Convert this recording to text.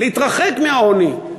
להתרחק מהעוני,